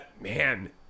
Man